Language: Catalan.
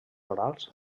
orals